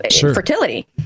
fertility